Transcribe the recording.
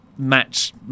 Match